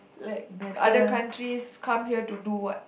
like other countries come here to do what